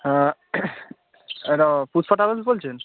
হ্যাঁ এটা পুষ্পা ট্রাভেলস বলছেন